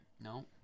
No